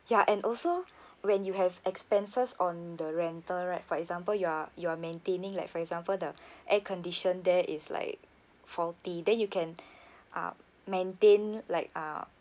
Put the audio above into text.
ya and also when you have expenses on the rental right for example you're you're maintaining like for example the air condition there is like faulty then you can uh maintain like uh